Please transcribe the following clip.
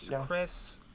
Chris